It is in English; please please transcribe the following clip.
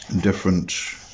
different